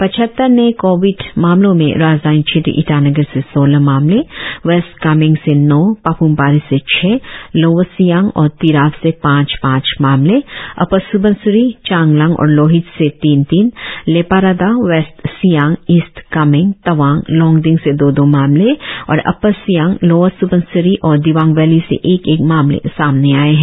पचहत्तर नए कोविड मामलों में राजधानी क्षेत्र ईटानगर से सोलह मामले वेस्ट कामेंग से नौं पाप्म पारे से छ लोवर सियांग और तिराप से पांच पांच मामले अपर स्बनसिरि चांगलांग और लोहित से तीन तीन लेपारादा वेस्ट सियांग इस्ट कामेंग तावांग लोंगडिंग से दो दो मामले और अपर सियांग लोवर स्बनसिरि और दिवांग वैली से एक एक मामले सामने आए है